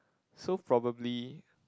so probably